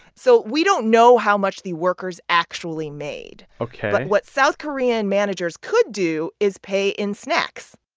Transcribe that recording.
so we don't know how much the workers actually made ok but what south korean managers could do is pay in snacks.